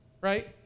right